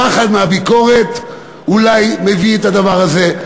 הפחד מהביקורת אולי מביא את הדבר הזה.